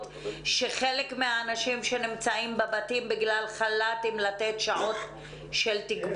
שחלק מהאנשים שנמצאים בבתים יתנו שעות של תגבור?